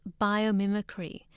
biomimicry